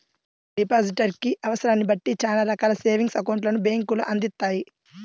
depositor కి అవసరాన్ని బట్టి చానా రకాల సేవింగ్స్ అకౌంట్లను బ్యేంకులు అందిత్తాయి